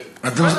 באמת.